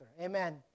Amen